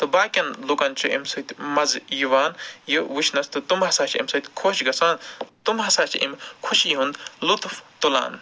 تہٕ باقِیَن لُکَن چھِ أمۍ سۭتۍ مَزٕ یِوان یہِ وُچھنَس تہٕ تٔمۍ سا چھِ أمۍ سۭتۍ خۄش گژھان تہٕ تِم ہسا چھِ أمۍ خوشی ہُنٛد لُطف تُلان